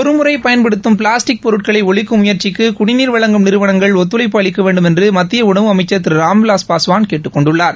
ஒருமுறை பயன்படுத்தும் பிளாஸ்டிக் பொருட்களை ஒழிக்கும் முயற்சிக்கு குடிநீர் வழங்கும் நிறுவனங்கள் ஒத்துழைப்பு அளிக்க வேண்டுமென்று மத்திய உணவு அமைச்சர் திரு ராம்விலாஸ் பாஸ்வான் கேட்டுக் கொண்டுள்ளார்